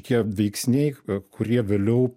tie veiksniai kurie vėliau